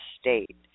state